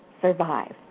survive